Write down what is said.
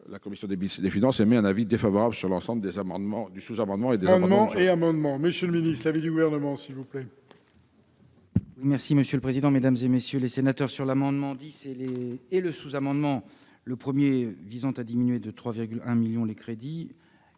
La commission des finances émet un avis défavorable sur le sous-amendement et les trois amendements